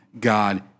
God